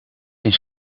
eens